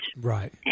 Right